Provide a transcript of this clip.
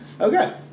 Okay